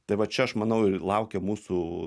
tai va čia aš manau ir laukia mūsų